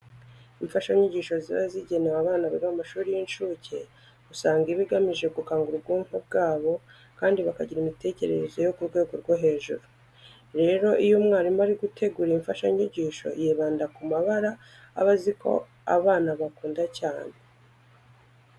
Imfashanyigisho ziba zigenewe abana biga mu mashuri y'incuke usanga iba igamije gukangura ubwonko bwabo kandi bakagira imitekerereze yo ku rwego rwo hejuru. Rero iyo umwarimu ari gutegura iyi mfashanyigisho yibanda ku mabara aba azi ko abana bakunda cyane.